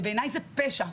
ובעיניי זה פשע.